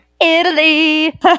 Italy